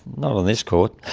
not on this court.